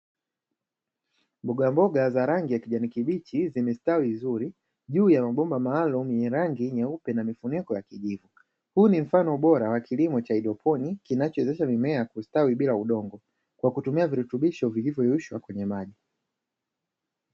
Mboga mboga za rangi ya kijani kibichi, zimestawi vizuri juu ya mabomba maalumu ya rangi nyeupe na mifuniko ya kijivu, huu ni mfano bora wa kilimo cha haidroponi, kinachowezesha mimea kustawi bila udongo, kwa kutumia virutubisho vilivyoyeyushwa kwenye maji.